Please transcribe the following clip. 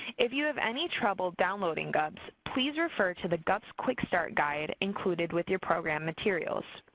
if you have any trouble downloading gups, please refer to the gups quick start guide included with your program materials.